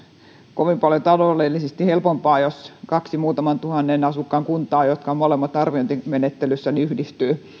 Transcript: kovin paljon taloudellisesti helpompaa jos kaksi muutaman tuhannen asukkaan kuntaa jotka ovat molemmat arviointimenettelyssä yhdistyvät